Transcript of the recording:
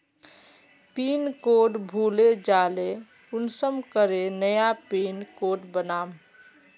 Pin code भूले जाले कुंसम करे नया पिन कोड बनाम?